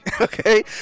okay